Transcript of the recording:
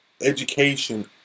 education